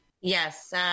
Yes